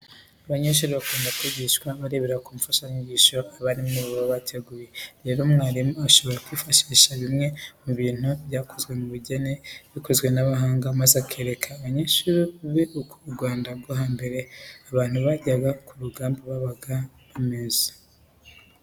Abanyeshuri bakunda kwigishwa barebera ku mfashanyigisho abarimu babo baba babateguriye. Rero umwarimu ashobora kwifashisha bimwe mu bintu byakozwe mu bugeni bikozwe n'abahanga maze akereka abanyeshuri be uko mu Rwanda rwo hambere abantu bajyaga ku rugamba babaga bameze.